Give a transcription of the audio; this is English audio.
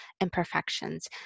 imperfections